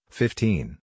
fifteen